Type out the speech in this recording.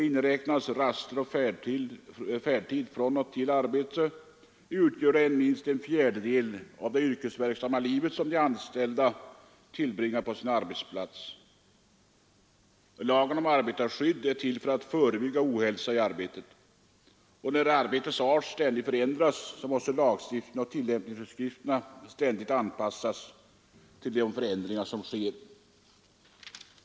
Inräknas raster och färdtid till och från arbetet utgör det minst en fjärdedel av det yrkesverksamma livet som de anställda tillbringar på sin arbetsplats. Lagen om arbetarskydd är till för att förebygga ohälsa i arbetet. När arbetets art ständigt förändras måste lagstiftning och tillämpningsföreskrifter ständigt anpassas till de förändringar som sker.